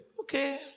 okay